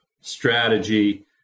strategy